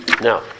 now